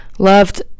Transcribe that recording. Loved